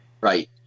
Right